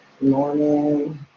Morning